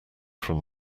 from